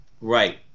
Right